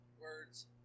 Words